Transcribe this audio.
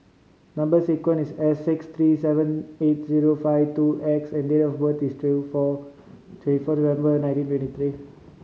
number sequence is S six three seven eight zero five two X and date of birth is two four twenty four November nineteen twenty three